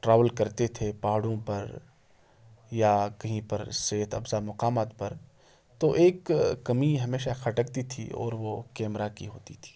travel کرتے تھے پہاڑوں پر یا کہیں پر صحت افزا مقامات پر تو ایک کمی ہمیشہ کھٹکتی تھی اور وہ کیمرہ کی ہوتی تھی